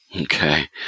Okay